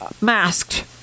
masked